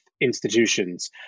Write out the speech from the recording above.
institutions